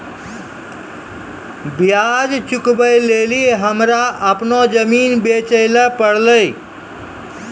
ब्याज चुकबै लेली हमरा अपनो जमीन बेचै ले पड़लै